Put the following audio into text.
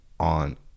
on